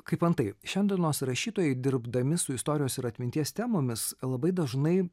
kaip antai šiandienos rašytojai dirbdami su istorijos ir atminties temomis labai dažnai